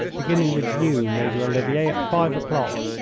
beginning with you, major olivier, at five o'clock.